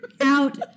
out